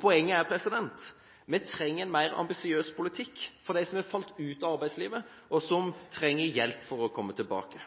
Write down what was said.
Poenget er: Vi trenger en mer ambisiøs politikk for dem som har falt ut av arbeidslivet, og som trenger hjelp for å komme tilbake.